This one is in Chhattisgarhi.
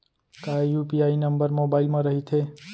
का यू.पी.आई नंबर मोबाइल म रहिथे?